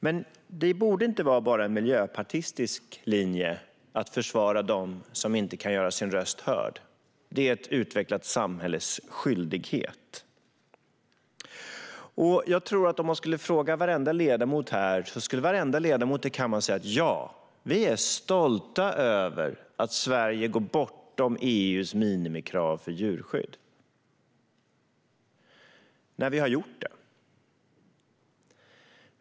Men det borde inte vara en bara miljöpartistisk linje att försvara dem som inte kan göra sin röst hörd; det är ett utvecklat samhälles skyldighet. Om man skulle fråga ledamöterna här i kammaren tror jag att varenda ledamot skulle säga: Ja, vi är stolta över att Sverige går bortom EU:s minimikrav för djurskydd - när vi har gjort det.